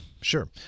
sure